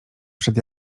przed